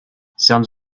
sounds